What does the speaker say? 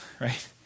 right